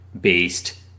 based